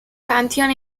pantheon